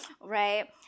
right